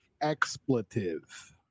expletive